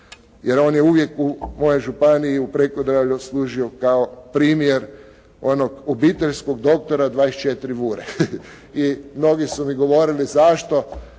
Jer on je uvijek u mojoj županiji u Prekodravlju služio kao primjer onog obiteljskog doktora 24 vure i mnogi su mi govorili zašto